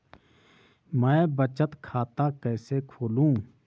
मैं बचत खाता कैसे खोलूँ?